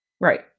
Right